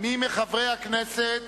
מי מחברי הכנסת